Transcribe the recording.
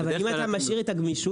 - -אבל אם אתה משאיר את הגמישות.